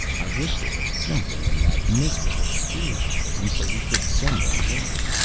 i wish there was something in that miserable spiritualism, so we could send them word.